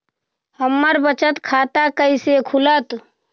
हमर बचत खाता कैसे खुलत?